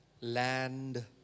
land